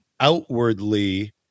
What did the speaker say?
outwardly